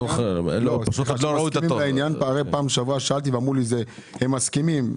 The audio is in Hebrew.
פעם שעברה שאלתי ואמרו שהם מסכימים.